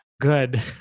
Good